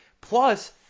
Plus